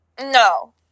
No